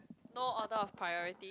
no order of priority